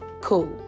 cool